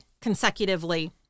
consecutively